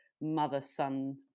mother-son